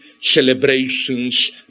celebrations